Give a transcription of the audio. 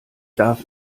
darf